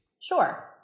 Sure